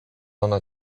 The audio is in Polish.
ona